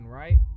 right